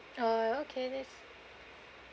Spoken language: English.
oh okay that's